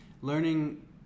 learning